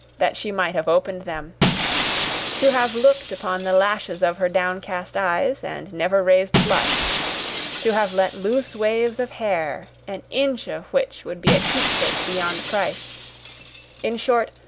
that she might have opened them to have looked upon the lashes of her downcast eyes, and never raised a blush to have let loose waves of hair, an inch of which would be a keepsake beyond price in short,